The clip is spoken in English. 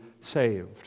saved